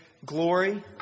glory